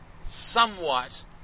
somewhat